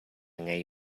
ngei